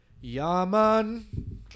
Yaman